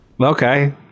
Okay